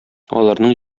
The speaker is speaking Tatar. аларның